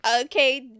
Okay